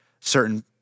certain